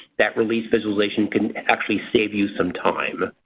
that release visualization can actually save you some time.